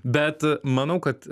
bet manau kad